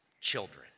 children